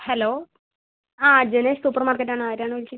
hello ആ Janesh super മാർക്കറ്റാണ് ആരാണ് വിളിക്കുന്നത്